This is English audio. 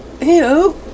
Ew